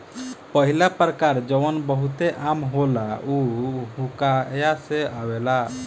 पहिला प्रकार जवन बहुते आम होला उ हुआकाया से आवेला